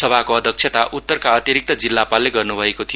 सभाको अध्यक्षता उत्तरका अतिरिक्त जिल्लापालले गर्नुभएको थियो